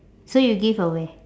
so you give away